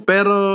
Pero